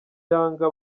yanga